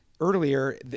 earlier